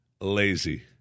lazy